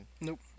Nope